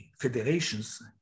federations